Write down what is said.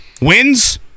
wins